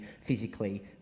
physically